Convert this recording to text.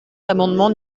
l’amendement